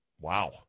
wow